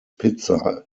pizza